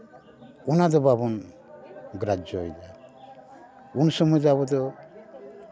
ᱚᱱᱟᱫᱚ ᱵᱟᱵᱚᱱ ᱜᱨᱟᱡᱡᱚ ᱭᱮᱫᱟ ᱩᱱ ᱥᱚᱢᱚᱭ ᱫᱚ ᱟᱵᱚᱫᱚ